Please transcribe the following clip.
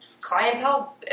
clientele